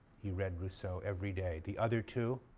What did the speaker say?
he read rousseau every day, the other two,